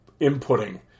inputting